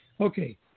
okay